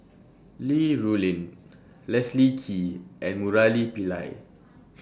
Li Rulin Leslie Kee and Murali Pillai